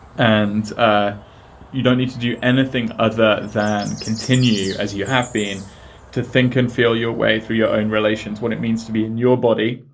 and ah you don't need to do anything other than continue as you have been to think and feel your way through your own relations what it means to be in your body,